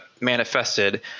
manifested